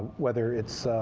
whether it's